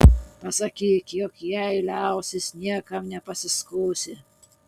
pasakyk jog jei liausis niekam nepasiskųsi